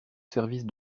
service